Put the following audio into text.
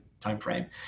timeframe